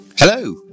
Hello